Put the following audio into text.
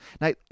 Now